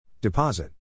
Deposit